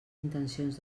intencions